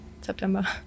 September